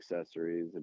accessories